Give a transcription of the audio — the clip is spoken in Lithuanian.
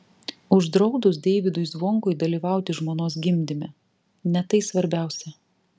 uždraudus deivydui zvonkui dalyvauti žmonos gimdyme ne tai svarbiausia